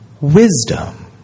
wisdom